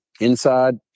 inside